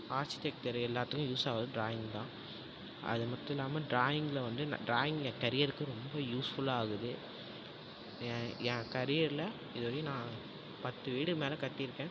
architecture எல்லாத்துக்கும் use ஆவறது drawing தான் அது மட்டுல்லாமல் ட்ராயிங்கில் வந்து நான் ட்ராயிங் என் கெரியருக்கு ரொம்ப யூஸ்ஃபுல்லாகுது என் என் கரியரில் இதுவரையும் நான் பத்து வீடு மேல் கட்டியிருக்கேன்